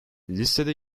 listede